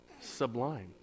Sublime